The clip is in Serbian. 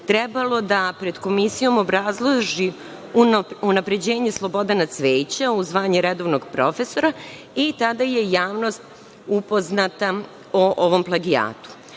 trebalo da pred komisijom obrazloži unapređenje Slobodana Cvejića u zvanje redovnog profesora i tada je javnost upoznata o ovom plagijatu. Drugi